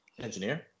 Engineer